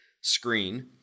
screen